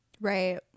right